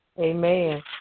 Amen